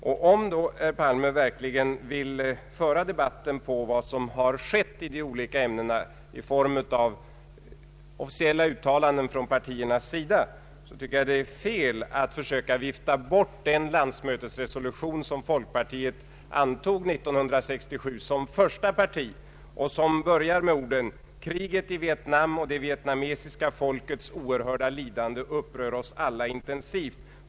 Om herr Palme verkligen vill föra debatten mot bakgrunden av officiella uttalanden från partiernas sida tycker jag att det är felaktigt att försöka ”vifta bort” den landsmötesresolution vilken folkpartiet som första parti antog 1967 och som börjar med orden: ”Kriget i Vietnam och det vietnamesiska folkets oerhörda lidande upprör oss alla intensivt.